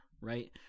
right